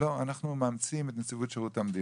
לא, אנחנו מאמצים את נציבות שירות המדינה.